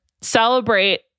celebrate